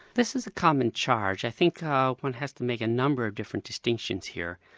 this is a common charge. i think one has to make a number of different distinctions here.